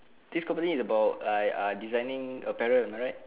this company is about like ah designing apparel am I right